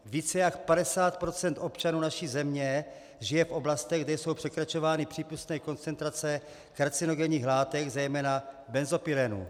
Více jak 50 % občanů naší země žije v oblastech, kde jsou překračovány přípustné koncentrace karcinogenních látek, zejména benzopyrenu.